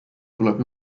tuleb